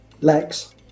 Lex